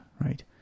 right